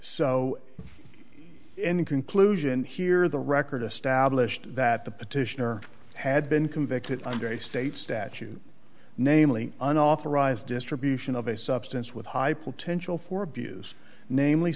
so in conclusion here the record established that the petitioner had been convicted under a state statute namely unauthorized distribution of a substance with high potential for abuse namely